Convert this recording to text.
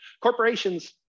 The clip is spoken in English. corporations